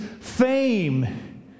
fame